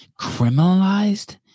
criminalized